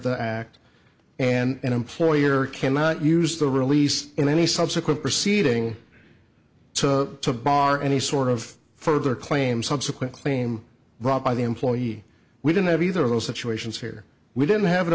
the act and employer cannot use the release in any subsequent proceeding to bar any sort of further claim subsequent claim brought by the employee we didn't have either of those situations here we didn't have an